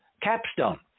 Capstone